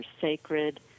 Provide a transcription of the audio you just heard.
sacred